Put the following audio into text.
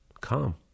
calm